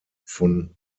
von